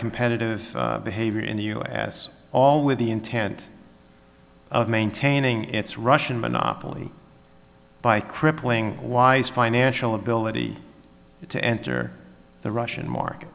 competitive behavior in the us all with the intent of maintaining its russian monopoly by crippling wise financial ability to enter the russian mark